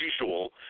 usual